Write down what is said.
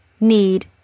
need